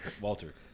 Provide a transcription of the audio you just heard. Walter